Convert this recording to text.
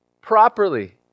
properly